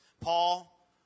Paul